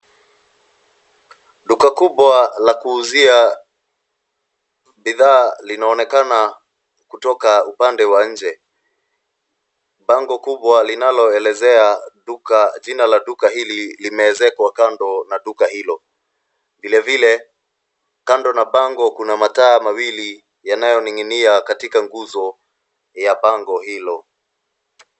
Duka kubwa la kuuzia bidhaa linaonekana kutoka upande wa nje. Bango kubwa linaloelezea jina la duka hili, limeezekwa kando na duka hilo. Vilevile kando na bango kuna mataa mawili yanayoning'inia katika nguzo ya bango hilo.